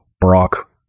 Brock